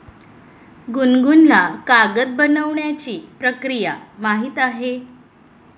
गुनगुनला कागद बनवण्याची प्रक्रिया माहीत आहे